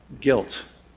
guilt